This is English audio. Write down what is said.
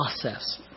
process